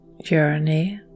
journey